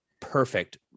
perfect